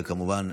וכמובן,